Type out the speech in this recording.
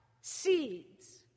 seeds